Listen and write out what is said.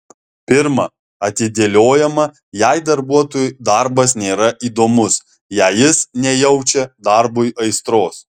pirma atidėliojama jei darbuotojui darbas nėra įdomus jei jis nejaučia darbui aistros